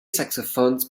saxophones